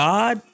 God